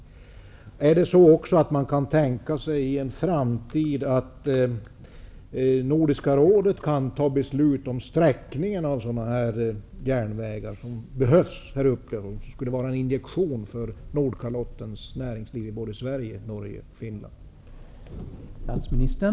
Kan man i en framtid också tänka sig att Nordiska rådet kan ta beslut om sträckningen av sådana järnvägar som behövs däruppe och som skulle fungera som en injektion för det svenska, norska och finska näringslivet på Nordkalotten?